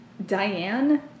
Diane